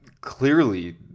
clearly